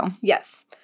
Yes